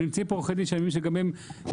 ונמצאים פה עורכי דין שאני מאמין שגם הם נמצאים,